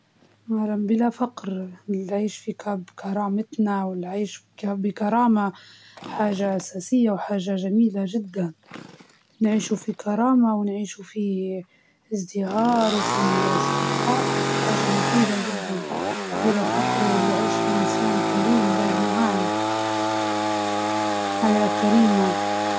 الفقر أول شي، لإن لو حلينا نحنا مشكلة الفقر، الناس يبقى عندها فرص إنها تعيش حياة كريمة، و هدا يحب، و هدا يخفف مشاكل ثانية زي التلوث، زي ال أشياء ثانية.